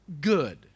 good